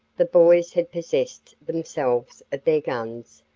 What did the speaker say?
the boys had possessed themselves of their guns,